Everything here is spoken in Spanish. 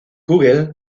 google